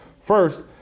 First